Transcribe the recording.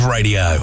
Radio